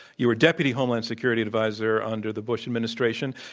you were deputy homeland security advisor under the bush administration.